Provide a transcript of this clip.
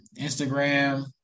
Instagram